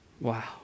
Wow